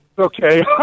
Okay